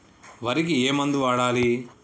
వరికి ఏ మందు వాడాలి?